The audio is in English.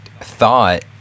thought